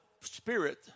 Spirit